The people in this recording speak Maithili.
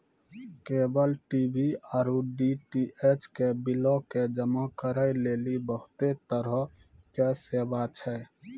केबल टी.बी आरु डी.टी.एच के बिलो के जमा करै लेली बहुते तरहो के सेवा छै